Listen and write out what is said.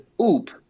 oop